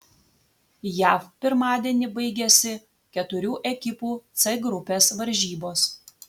jav pirmadienį baigėsi keturių ekipų c grupės varžybos